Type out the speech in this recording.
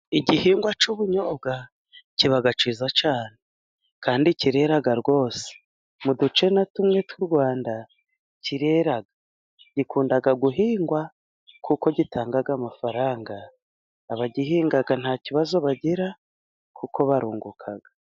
Igihingwa cy'ubunyobwa kiba cyiza cyane kandi kirera rwose, mu duce tumwe na tumwe tw'u Rwanda kirera, gikunda guhingwa kuko gitanga amafaranga abagihinga nta kibazo bagira kuko barunguka.